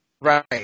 Right